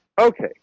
Okay